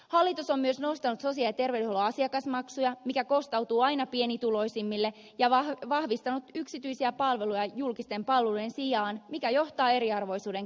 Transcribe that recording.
hallitus on myös nostanut sosiaali ja terveydenhuollon asiakasmaksuja mikä kostautuu aina pienituloisimmille ja vahvistanut yksityisiä palveluja julkisten palvelujen sijaan mikä johtaa eriarvoisuuden kasvuun